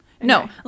No